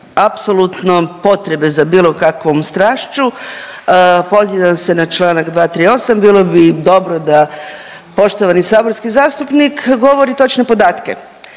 apsolutno potrebe za bilo kakvom strašću pozivam se na Članak 238., bilo bi dobro da poštovani saborski zastupnik govori točne podatke.